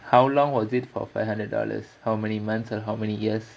how long was it for five hundred dollars how many months and how many years